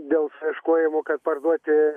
dėl ieškojimo kad parduoti